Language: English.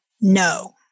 no